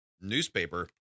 newspaper